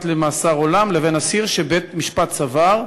למאסר עולם לבין אסיר שבית-המשפט סבר,